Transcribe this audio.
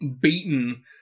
Beaten